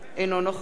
אינו נוכח